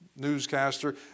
newscaster